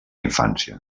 infància